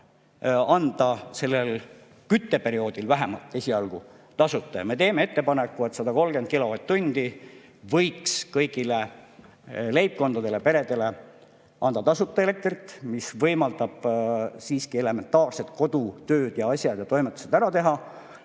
vaja, sellel kütteperioodil vähemalt esialgu tasuta. Ja me teeme ettepaneku, et 130 kilovatt-tundi võiks kõigile leibkondadele, peredele anda tasuta elektrit. See võimaldab siiski elementaarsed kodutööd ja asjad ja toimetused ära teha.